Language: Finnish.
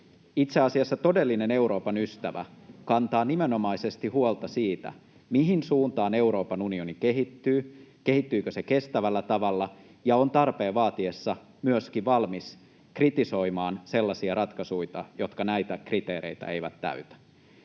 Itse asiassa todellinen Euroopan ystävä kantaa nimenomaisesti huolta siitä, mihin suuntaan Euroopan unioni kehittyy, kehittyykö se kestävällä tavalla, ja on tarpeen vaatiessa myöskin valmis kritisoimaan sellaisia ratkaisuita, jotka näitä kriteereitä eivät täytä.